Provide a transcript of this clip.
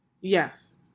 Yes